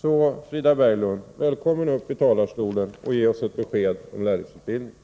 som det handlar om. Välkommen upp i talarstolen, Frida Berglund, och ge oss ett besked om lärlingsutbildningen!